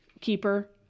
keeper